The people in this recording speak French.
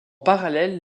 parallèle